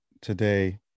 today